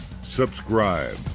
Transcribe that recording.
subscribe